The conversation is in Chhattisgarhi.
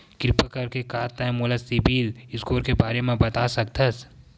किरपा करके का तै मोला सीबिल स्कोर के बारे माँ बता सकथस?